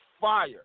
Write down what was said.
fire